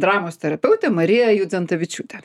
dramos terapeutė marija judzentavičiūtė